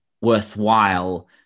worthwhile